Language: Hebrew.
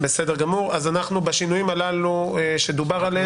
בסדר גמור, אז אנחנו בשינויים הללו שדובר עליהם.